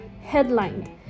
headlined